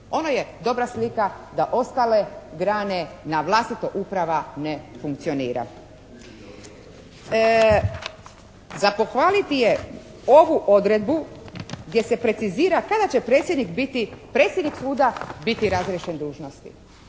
Ono je dobra slika da ostale grane na vlastito uprava ne funkcionira. Za pohvaliti je ovu odredbu gdje se precizira kada će predsjednik biti predsjednik suda biti razriješen dužnosti.